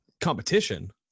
competition